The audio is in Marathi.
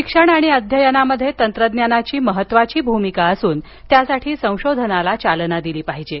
शिक्षण आणि अध्यायनामध्ये तंत्रज्ञानाची महत्त्वाची भूमिका असून त्यासाठी संशोधनाला चालना दिली पाहिजे